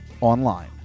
online